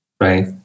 right